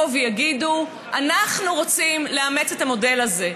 יגידו: אנחנו רוצים לאמץ את המודל הזה,